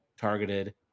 targeted